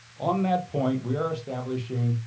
on that point we are establishing